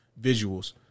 visuals